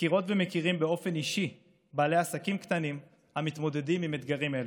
מכירות ומכירים באופן אישי בעלי עסקים קטנים המתמודדים עם אתגרים אלו.